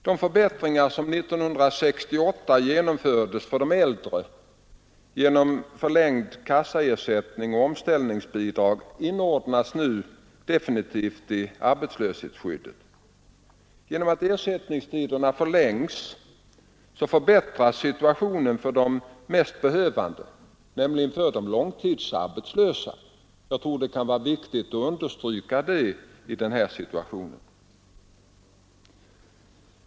De förbättringar som 1968 genomfördes för de äldre genom förlängd kassaersättning och omställningsbidrag inordnas nu definitivt i arbetslöshetsskyddet. Genom att ersättningstiderna förlängs förbättras situationen för de mest behövande, nämligen de långtidsarbetslösa. Jag tror att det kan vara viktigt att understryka det i den här situationen.